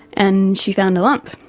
and she found a lump.